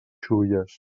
xulles